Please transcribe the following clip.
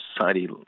society